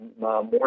more